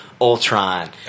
Ultron